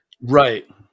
Right